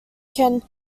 can